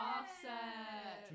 Offset